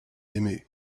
aimé